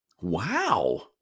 Wow